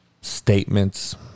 statements